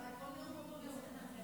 אה, כל נאום אותו נאום.